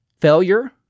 failure